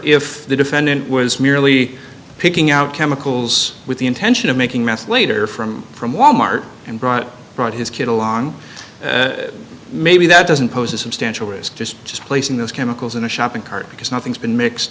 if the defendant was merely picking out chemicals with the intention of making meth later from from wal mart and brought brought his kid along maybe that doesn't pose a substantial risk just just placing those chemicals in a shopping cart because nothing's been mixed